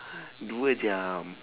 dua jam